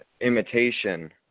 imitation